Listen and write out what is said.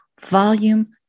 volume